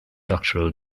doctoral